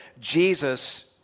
Jesus